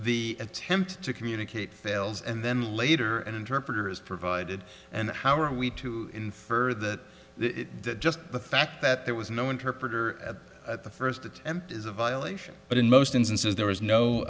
the attempt to communicate and then later an interpreter is provided and how are we to infer that just the fact that there was no interpreter at the first attempt is a violation but in most instances there was no